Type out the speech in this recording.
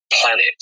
planet